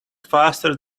faster